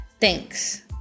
Thanks